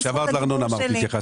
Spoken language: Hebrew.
כשדיברתי על ארנונה.